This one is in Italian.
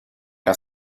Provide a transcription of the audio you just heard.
era